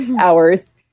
hours